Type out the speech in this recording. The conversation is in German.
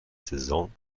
saison